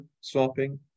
swapping